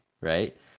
right